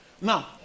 Now